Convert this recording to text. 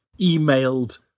emailed